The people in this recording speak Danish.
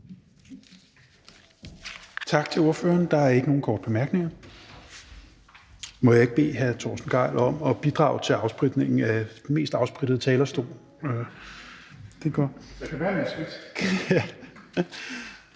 Tak til ordføreren. Der er ikke nogen korte bemærkninger. Må jeg ikke bede hr. Torsten Gejl om at bidrage til afspritningen af den mest afsprittede talerstol? Det er